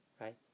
right